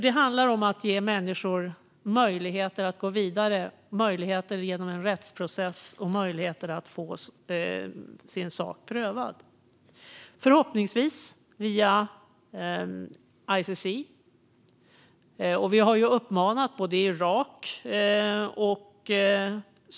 Det handlar om att ge människor möjligheter att gå vidare genom en rättsprocess och få sin sak prövad, förhoppningsvis via ICC. Vi har uppmanat Irak till det.